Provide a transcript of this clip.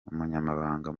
umunyamabanga